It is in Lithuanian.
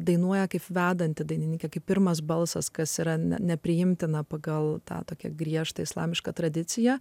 dainuoja kaip vedanti dainininkė kaip pirmas balsas kas yra nepriimtina pagal tą tokią griežtą islamišką tradiciją